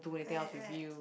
right right